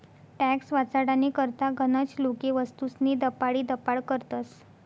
tax वाचाडानी करता गनच लोके वस्तूस्नी दपाडीदपाड करतस